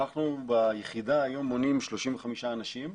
אנחנו ביחידה היום מונים 35 אנשים,